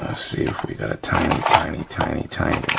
see if we got a tiny, tiny, tiny, tiny